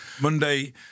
Monday